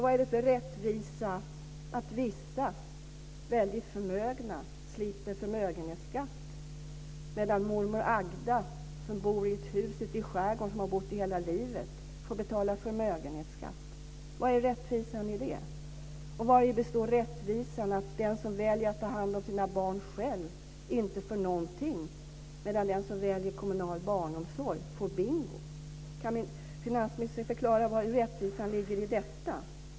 Vad är det för rättvisa i att vissa väldigt förmögna slipper förmögenhetsskatt, medan mormor Agda som bor i ett hus ute i skärgården som hon har bott i hela livet får betala förmögenhetsskatt? Vad är rättvisan i det? Vad är rättvisan i att den som väljer att ta hand om sina barn själv inte får någonting, medan den som väljer kommunal barnomsorg får bingo? Kan finansministern förklara var rättvisan ligger i detta?